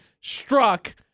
struck